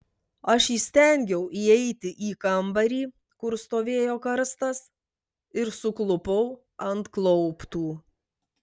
aš įstengiau įeiti į kambarį kur stovėjo karstas ir suklupau ant klauptų